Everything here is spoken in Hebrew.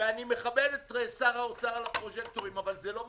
ואני מכבד את שר האוצר על הפרוז'קטורים אבל זה לא מספיק.